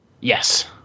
Yes